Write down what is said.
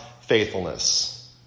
faithfulness